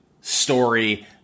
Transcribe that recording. story